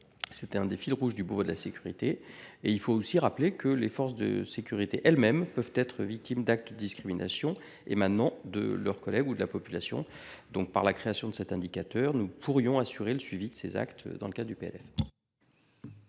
était l’un des fils rouges du Beauvau de la sécurité. Par ailleurs, les forces de sécurité elles mêmes peuvent être victimes d’actes de discrimination émanant de leurs collègues ou de la population. Par la création de cet indicateur, nous pourrions assurer le suivi de ces actes dans le cadre du PLF.